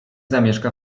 zamieszka